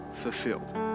fulfilled